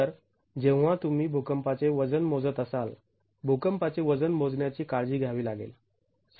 तर जेव्हा तुम्ही भूकंपाचे वजन मोजत असाल भूकंपाचे वजन मोजण्याची काळजी घ्यावी लागेल